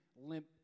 limp